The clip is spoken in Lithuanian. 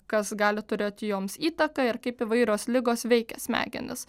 kas gali turėti joms įtaką ir kaip įvairios ligos veikia smegenis